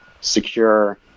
secure